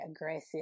aggressive